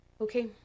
Okay